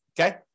Okay